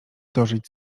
dożyć